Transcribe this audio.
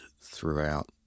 throughout